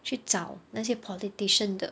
去找那些 politician 的